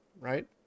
right